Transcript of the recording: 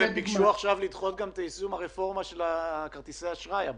הם ביקשו עכשיו לדחות גם את יישום הרפורמה של כרטיסי האשראי.